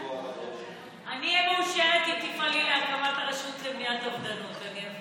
אני אהיה מאושרת אם תפעלי להקמת הרשות למניעת אובדנות.